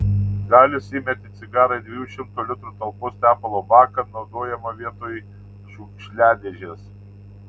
galis įmetė cigarą į dviejų šimtų litrų talpos tepalo baką naudojamą vietoj šiukšliadėžės